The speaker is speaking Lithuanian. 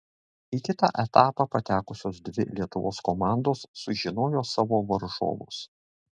į kitą etapą patekusios dvi lietuvos komandos sužinojo savo varžovus